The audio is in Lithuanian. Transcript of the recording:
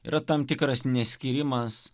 yra tam tikras neskyrimas